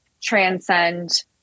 transcend